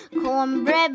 Cornbread